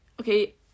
Okay